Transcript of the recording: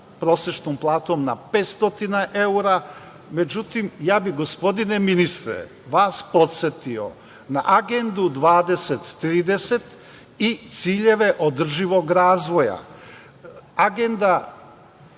prosečnom platom na 500 evra. Međutim, ja bih, gospodine ministre, vas podsetio na Agendu 2030 i ciljeve održivog razvoja. Agenda